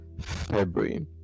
February